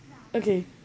okay